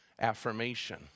affirmation